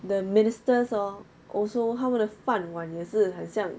the ministers oh also 他们的饭碗也是很像